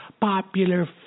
popular